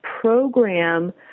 program